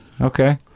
Okay